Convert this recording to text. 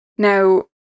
Now